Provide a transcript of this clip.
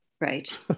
Right